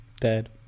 dead